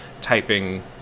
typing